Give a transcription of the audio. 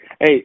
Hey